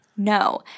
No